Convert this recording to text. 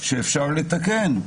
שאפשר לתקן.